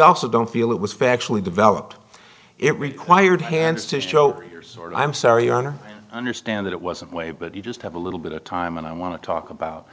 also don't feel it was factually developed it required hands to show i'm sorry or understand it wasn't way but you just have a little bit of time and i want to talk about